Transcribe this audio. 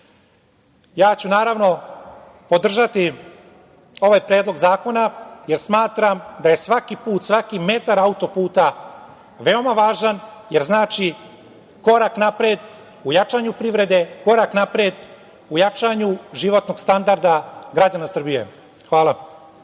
ja ću naravno podržati ovaj predlog zakona, jer smatram da je svaki put, svaki metar autoputa veoma važan, jer znači korak napred u jačanju privrede, korak napred u jačanju životnog standarda građana Srbije. Hvala.